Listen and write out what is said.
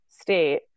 state